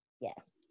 Yes